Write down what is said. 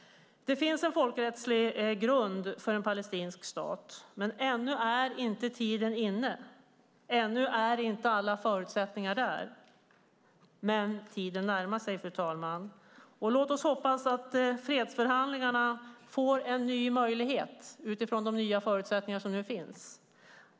Det finns en folkrättslig grund för en palestinsk stat, men ännu är tiden inte inne, ännu är alla förutsättningar inte på plats. Men tiden närmar sig, fru talman. Låt oss hoppas att fredsförhandlingarna får en ny möjlighet utifrån de nya förutsättningar som nu finns.